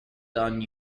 done